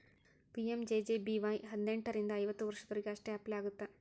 PMJJBY ಹದಿನೆಂಟರಿಂದ ಐವತ್ತ ವರ್ಷದೊರಿಗೆ ಅಷ್ಟ ಅಪ್ಲೈ ಆಗತ್ತ